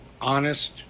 honest